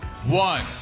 One